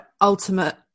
ultimate